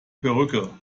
perücke